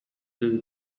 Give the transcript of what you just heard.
blue